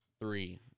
three